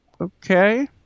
Okay